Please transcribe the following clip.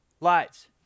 Lights